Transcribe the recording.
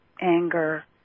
anger